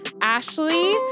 Ashley